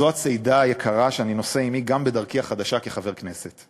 זו הצידה היקרה ביותר שאני נושא עמי גם בדרכי החדשה כחבר כנסת.